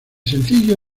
sencillo